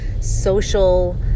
social